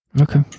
Okay